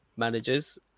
Managers